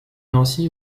nancy